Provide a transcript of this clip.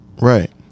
Right